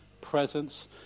presence